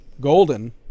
golden